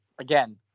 again